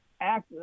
act